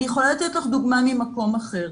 אני יכולה לתת לך דוגמה ממקום אחר.